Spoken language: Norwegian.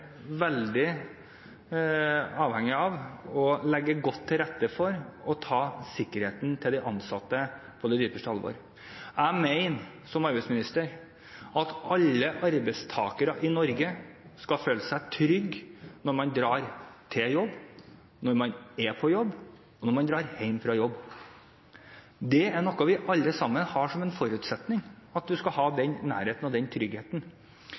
veldig avhengig av å legge godt til rette for å ta sikkerheten til de ansatte på dypeste alvor. Jeg mener, som arbeidsminister, at alle arbeidstakere i Norge skal føle seg trygge når de drar til jobben, når de er på jobben, og når de drar hjem fra jobben. Det er noe vi alle sammen har som en forutsetning, at man skal ha den nærheten og den tryggheten.